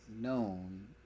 known